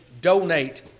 donate